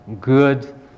good